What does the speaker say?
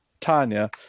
Tanya